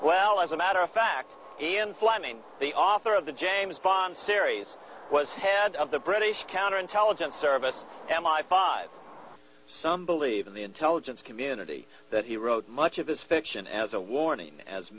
well as a matter of fact ian fleming the author of the james bond series was head of the british counter intelligence service m i five some believe in the intelligence community that he wrote much of his fiction as a warning as